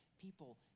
people